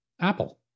apple